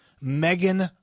Megan